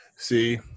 See